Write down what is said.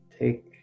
Take